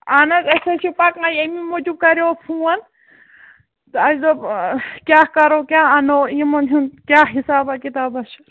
اَہَن حظ أسۍ حظ چھِ پَکان اَمی موٗجوٗب کَریو فون تہٕ اَسہِ دوٚپ کیٛاہ کَرو کیٛاہ اَنو یِمَن ہُنٛد کیٛاہ حِسابا کِتابَا چھُ